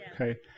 Okay